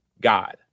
God